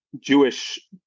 Jewish